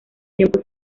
tiempo